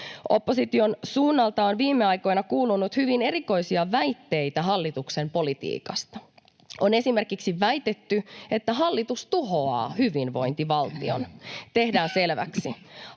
Opposition suunnalta on viime aikoina kuulunut hyvin erikoisia väitteitä hallituksen politiikasta. On esimerkiksi väitetty, että hallitus tuhoaa hyvinvointivaltion. Tehdään selväksi: